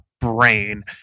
brain